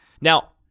now